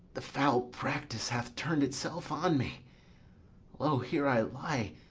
the foul practice hath turn'd itself on me lo, here i lie,